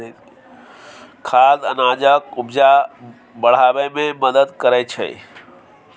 खाद अनाजक उपजा बढ़ाबै मे मदद करय छै